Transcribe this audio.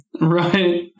Right